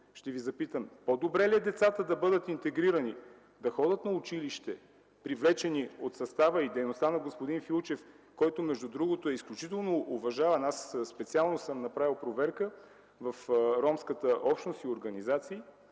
ще Ви запитам: по-добре ли е децата да бъдат интегрирани, да ходят на училище, привлечени от състава и дейността на господин Филчев, който между другото е изключително уважаван (аз специално съм направил проверка) в ромската общност и организации,